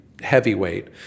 heavyweight